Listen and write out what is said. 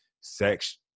sex